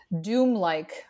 doom-like